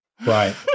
Right